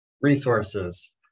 resources